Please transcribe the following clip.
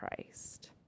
Christ